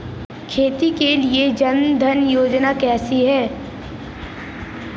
खेती के लिए जन धन योजना कैसी है?